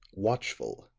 watchful,